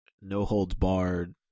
no-holds-barred